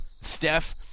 Steph